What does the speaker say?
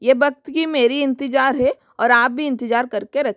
ये वक़्त का मेरा इंतज़ार है और आप भी इंतज़ार कर के रखिए